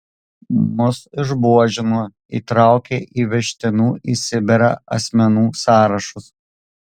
mus išbuožino įtraukė į vežtinų į sibirą asmenų sąrašus